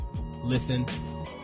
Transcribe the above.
listen